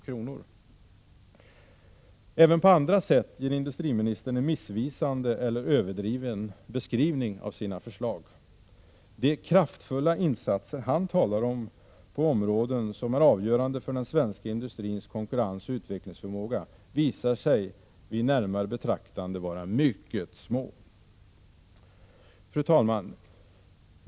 Även på andra sätt ger industriministern en missvisande eller överdriven beskrivning av sina förslag. De ”kraftfulla” insatser han talar om på områden som är avgörande för den svenska industrins konkurrensoch utvecklingsförmåga visar sig vid närmare betraktande vara mycket små. Fru talman!